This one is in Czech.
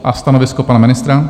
A stanovisko pana ministra?